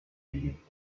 llit